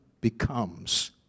becomes